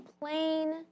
plain